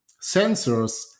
sensors